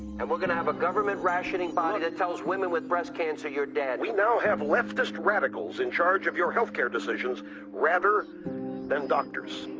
and we're going to have a government rationing body that tells women with breast cancer, you're dead. we now have leftist radicals in charge of your healthcare decisions rather than doctors.